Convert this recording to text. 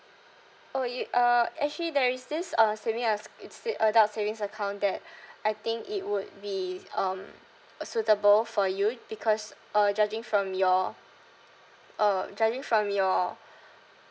oh you uh actually there is this uh saving acc~ it's sa~ adult savings account that I think it would be um suitable for you because uh judging from your uh judging from your